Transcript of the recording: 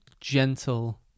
gentle